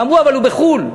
ואמרו: אבל הוא בחו"ל.